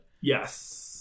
Yes